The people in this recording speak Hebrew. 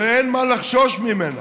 ואין מה לחשוש ממנה.